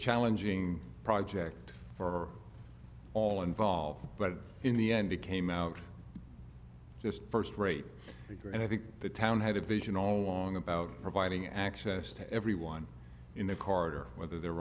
challenging project for all involved but in the end it came out just first rate and i think the town had a vision all along about providing access to everyone in the corridor whether they're